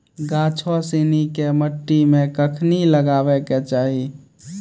गाछो सिनी के मट्टी मे कखनी लगाबै के चाहि?